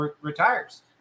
retires